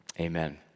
amen